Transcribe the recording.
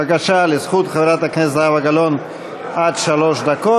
בבקשה, לזכות חברת הכנסת זהבה גלאון עד שלוש דקות.